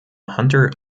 hunter